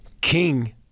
king